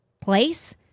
place